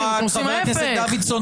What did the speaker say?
פנחסי.